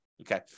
Okay